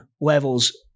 levels